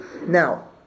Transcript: Now